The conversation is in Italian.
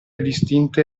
distinte